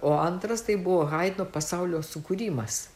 o antras tai buvo haidno pasaulio sukūrimas